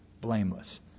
blameless